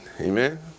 Amen